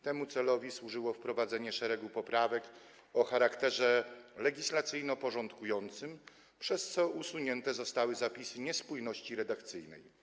Temu celowi służyło wprowadzenie szeregu poprawek o charakterze legislacyjno-porządkującym, przez co zostały usunięte niespójności redakcyjne.